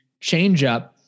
changeup